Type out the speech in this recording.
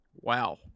Wow